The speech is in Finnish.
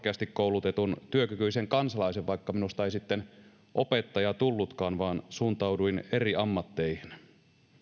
koulutetun työkykyisen kansalaisen vaikka minusta ei sitten opettajaa tullutkaan vaan suuntauduin eri ammatteihin